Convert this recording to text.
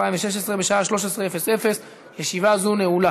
בשעה 13:00. ישיבה זו נעולה.